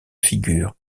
figures